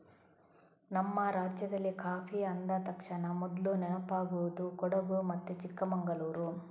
ನಮ್ಮ ರಾಜ್ಯದಲ್ಲಿ ಕಾಫಿ ಅಂದ ತಕ್ಷಣ ಮೊದ್ಲು ನೆನಪಾಗುದು ಕೊಡಗು ಮತ್ತೆ ಚಿಕ್ಕಮಂಗಳೂರು